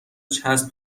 چسب